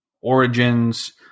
origins